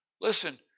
Listen